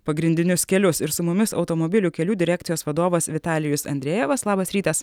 pagrindinius kelius ir su mumis automobilių kelių direkcijos vadovas vitalijus andrejevas labas rytas